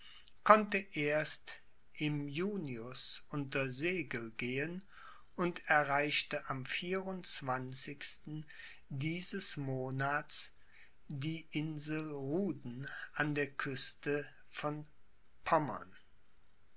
konnte erst im junius unter segel gehen und erreichte am dieses monats die insel ruden an der küste von pommern